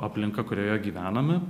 aplinka kurioje gyvename